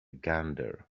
gander